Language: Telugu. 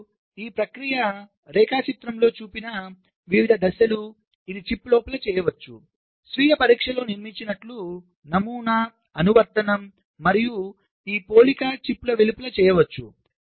ఇప్పుడు ఈ ప్రక్రియ రేఖాచిత్రంలో చూపిన వివిధ దశలు ఇది చిప్ లోపల చేయవచ్చు స్వీయ పరీక్షలో నిర్మించినట్లు నమూనా అనువర్తనం మరియు ఈ పోలిక చిప్ వెలుపల చేయవచ్చు